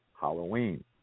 Halloween